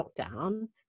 lockdown